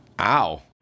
Ow